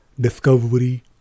discovery